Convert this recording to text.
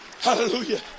hallelujah